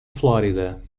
florida